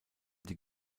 die